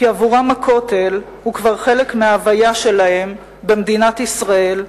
כי עבורם הכותל הוא כבר חלק מההוויה שלהם במדינת ישראל,